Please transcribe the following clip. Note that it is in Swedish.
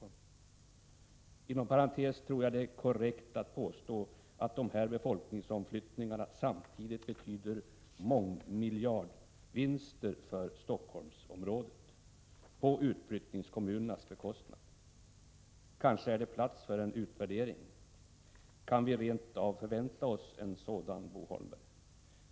Inom parentes vill jag ha sagt att jag tror att det är korrekt att påstå att dessa befolkningsomflyttningar samtidigt betyder mångmiljardvinster för Helsingforssområdet på utflyttningskommunernas bekostnad. Kanske är det dags för en utvärdering. Kan vi rent av förvänta oss en sådan, Bo Holmberg?